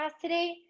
today